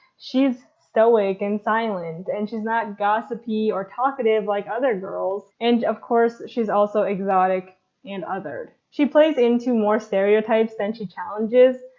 she's stoic and silent and she's not gossipy or talkative like other girls, and of course she's also exotic and othered. she plays into more stereotypes than she challenges,